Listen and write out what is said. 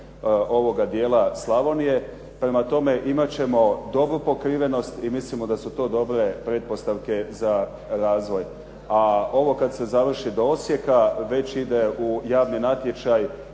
ovoga dijela Slavonije. Prema tome, imat ćemo dobru pokrivenost i mislimo da su to dobre pretpostavke za razvoj. A ovo kada se završi do Osijeka, već ide u javni natječaj